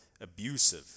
abusive